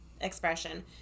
expression